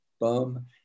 bum